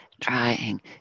trying